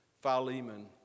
Philemon